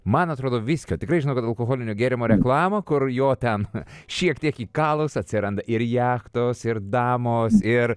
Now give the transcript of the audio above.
man atrodo viskio tikrai žinau kad alkoholinio gėrimo reklamą kur jo ten šiek tiek įkalus atsiranda ir jachtos ir damos ir